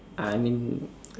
uh I mean